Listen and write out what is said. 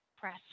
Press